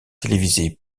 télévisée